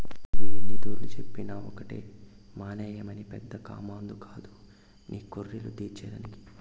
నీకు ఎన్నితూర్లు చెప్పినా ఒకటే మానాయనేమి పెద్ద కామందు కాదు నీ కోర్కెలు తీర్చే దానికి